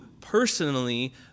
personally